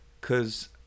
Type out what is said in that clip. Cause